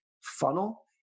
funnel